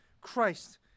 Christ